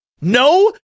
No